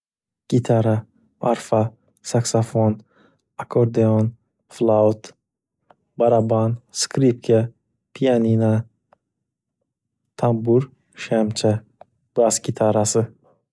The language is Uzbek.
Gitarra, arfa, saksafon, akardion, flaud, baraban, skripka, pianina, tambur, shyamcha, bass gitarasi.